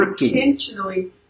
intentionally